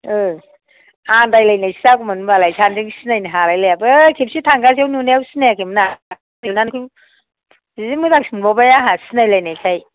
औ आनदायलायनायसो जागौमोन होनबालाय सानैजों सिनायनो हालाय लाया बै खेबसे थांगासेयाव नुनायाव सिनायाखैमोन ना लोगो मोननानै जि मोजांसो मोनबावबाय आंहा सिनाय लायनायखाय